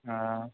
हँ